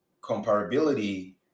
comparability